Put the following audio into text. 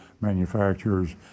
manufacturers